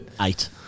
Eight